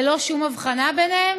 ללא שום הבחנה ביניהם?